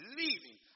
leaving